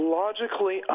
logically